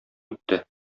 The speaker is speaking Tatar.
үтте